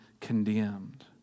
condemned